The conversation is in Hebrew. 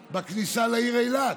בצורה ראויה, בכניסה לעיר אילת.